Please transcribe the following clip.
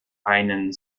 einen